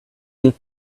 you